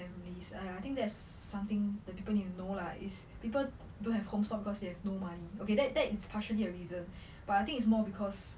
families I I think that's something that people need to know lah it's people don't have homes not because they have no money okay that that is partially a reason but I think it's more because